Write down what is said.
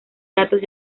datos